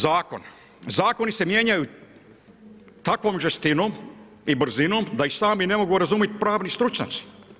Zakon, zakoni se mijenjaju takom žestinom i brzinom da i sami ne mogu razumiti pravni stručnjaci.